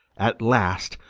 at last,